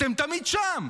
אתם תמיד שם,